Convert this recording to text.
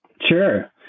Sure